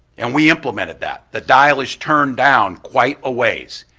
and we implemented that. the dial is turned down quite a ways.